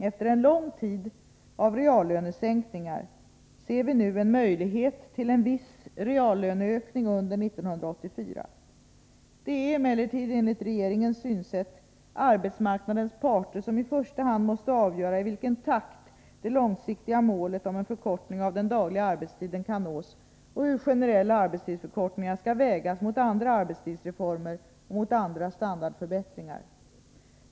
Efter en lång tid av reallönesänkningar ser vi nu en möjlighet till en viss reallöneökning under år 1984. Det är emellertid, enligt regeringens synsätt, arbetsmarknadens parter som i första hand måste avgöra i vilken takt det långsiktiga målet om en förkortning av den dagliga arbetstiden kan nås och hur generella arbetstidsförkortningar skall vägas mot andra arbetstidsreformer och mot andra standardförbättringar.